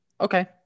okay